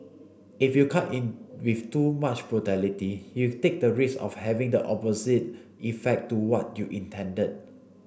if you cut in with too much brutality you take the risk of having the opposite effect to what you intended